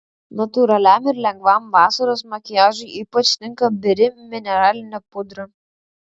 natūraliam ir lengvam vasaros makiažui ypač tinka biri mineralinė pudra